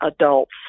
adults